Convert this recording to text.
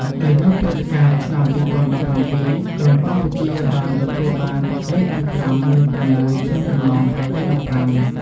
ដោយនៅព្រឹត្តិការណ៍ឆ្នាំ ២០១៧ ក្រុមកម្ពុជាបានទទួលបានលេខទី ៥ និង ៦ ក្នុងចំណោមប្រទេស ១៥។